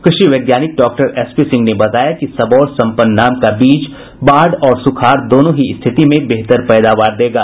कृषि वैज्ञानिक doctor S P Singh ने बताया कि सबौर सम्पन्न नाम का बीज बाढ़ और सुखाड़ दोनों ही स्थिति में बेहतर पैदावार देगा